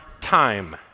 time